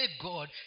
God